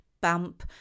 bump